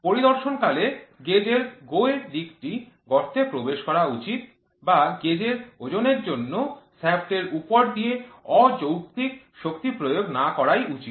পরিদর্শনকালে গেজের GO এর দিকটি গর্তে প্রবেশ করা উচিত বা গেজের ওজনের জন্য শ্য়াফ্ট এর উপর দিয়ে অযৌক্তিক শক্তি প্রয়োগ না করাই উচিত